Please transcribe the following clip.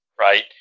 right